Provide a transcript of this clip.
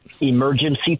emergency